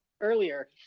earlier